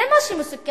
זה מה שמסוכן.